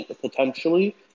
potentially